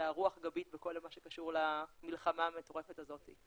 על הרוח הגבית בכל מה שקשור למלחמה המטורפת הזאת,